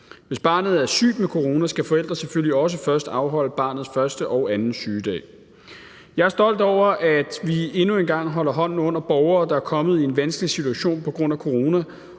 Hvis barnet er syg på grund af corona, skal forældrene selvfølgelig også først afholde barnets første og anden sygedag. Jeg er stolt over, at vi endnu en gang holder hånden under borgere, der er kommet i en vanskelig situation på grund af corona,